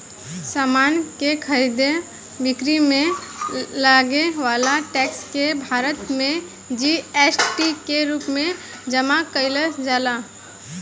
समान के खरीद बिक्री में लागे वाला टैक्स के भारत में जी.एस.टी के रूप में जमा कईल जाला